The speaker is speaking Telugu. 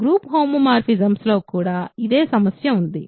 గ్రూప్ హోమోమోర్ఫిజమ్స్లో కూడా ఇదే సమస్య ఉంది